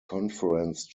conference